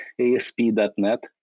ASP.NET